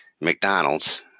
mcdonald's